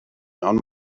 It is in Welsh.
ond